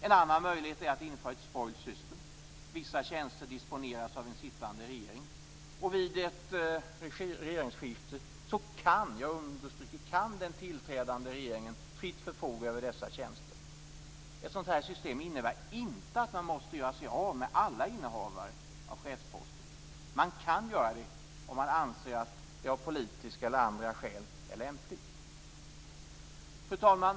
En annan möjlighet är att införa ett spoil system, dvs. vissa tjänster disponeras av en sittande regering, och vid ett regeringsskifte kan - jag understryker: kan - den tillträdande regeringen fritt förfoga över dessa tjänster. Ett sådant system innebär inte att man måste göra sig av med alla innehavare av chefsposter. Man kan dock göra det om man anser att det av politiska eller andra skäl är lämpligt. Fru talman!